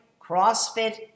CrossFit